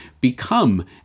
become